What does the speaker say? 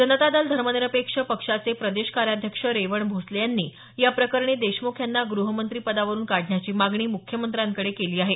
जनता दल धर्मनिरपेक्ष पक्षाचे प्रदेश कार्याध्यक्ष रेवण भोसले यांनी या प्रकरणी देशमुख यांना ग्रहमंत्रीपदावरून काढण्याची मागणी मुख्यमंत्र्यांकडे केली आहे